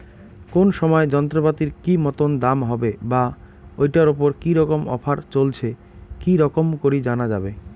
কোন সময় যন্ত্রপাতির কি মতন দাম হবে বা ঐটার উপর কি রকম অফার চলছে কি রকম করি জানা যাবে?